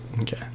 Okay